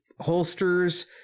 holsters